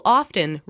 often